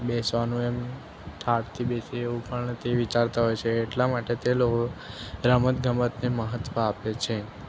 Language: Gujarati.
બેસવાનું એમ ઠાઠથી બેસીએ એવું પણ તે વિચારતા હોય છે એટલા માટે તે લોકો રમત ગમતને મહત્ત્વ આપે છે